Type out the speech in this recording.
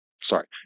Sorry